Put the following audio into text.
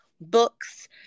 Books